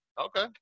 Okay